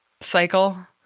cycle